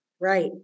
Right